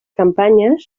campanyes